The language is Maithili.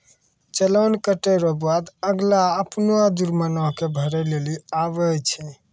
चालान कटे रो बाद अगला अपनो जुर्माना के भरै लेली आवै छै